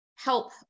help